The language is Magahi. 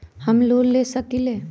हम लोन ले सकील?